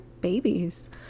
babies